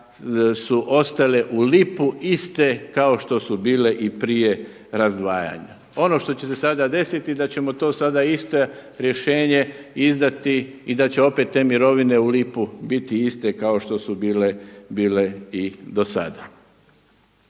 su ostale u lipu iste kao što su bile i prije razdvajanja. Ono što će se sada desiti da ćemo to sada isto rješenje izdati i da će opet te mirovine u lipu biti iste kao što su bile i do sada.